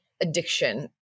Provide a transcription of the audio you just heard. addiction